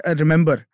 remember